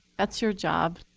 that's your job.